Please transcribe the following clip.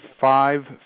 five